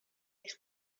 eich